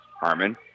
Harmon